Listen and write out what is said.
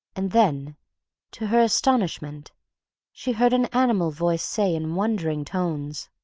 and then to her astonishment she heard an animal voice say in wondering tones